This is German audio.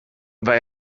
war